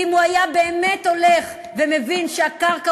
כי אם הוא היה באמת הולך ומבין שהקרקע